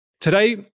Today